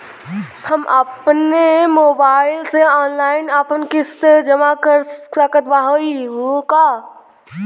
हम अपने मोबाइल से ऑनलाइन आपन किस्त जमा कर सकत हई का?